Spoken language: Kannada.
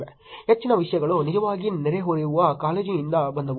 ಹೆಚ್ಚಿನ ವಿಷಯಗಳು ನಿಜವಾಗಿ ನೆರೆಹೊರೆಯ ಕಾಳಜಿಯಿಂದ ಬಂದವು